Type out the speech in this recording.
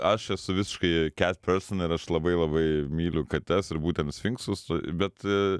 aš esu visiškai cat person ir aš labai labai myliu kates ir būtent sfinksus bet